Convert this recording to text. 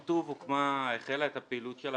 "הר-טוב" הוקמה והחלה את הפעילות שלה